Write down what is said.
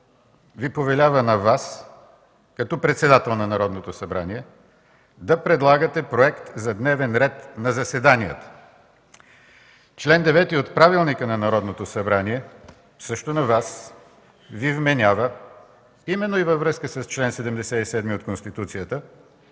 Ви повелява на Вас, като председател на Народното събрание, да предлагате проект за дневен ред на заседанията. Член 9 от Правилника на Народното събрание също на Вас Ви вменява, именно и във връзка с чл. 77 от Конституцията,